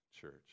church